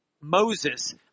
Moses